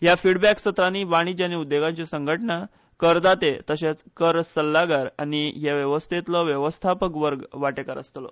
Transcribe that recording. ह्या फीडबॅक सत्रानी वाणीज्य आनी उद्देगाच्यो संघटना करदाते तशेच कर सल्लागार आनी हे वेवस्थेतलो वेवस्थापक वर्ग वांटेकार आसतलो